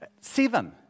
seven